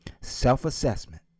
self-assessment